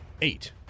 Eight